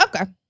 Okay